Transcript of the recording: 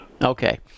Okay